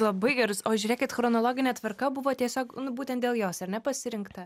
labai gerus o žiūrėkit chronologine tvarka buvo tiesiog būtent dėl jos ar ne pasirinkta